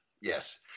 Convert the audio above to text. Yes